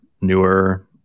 newer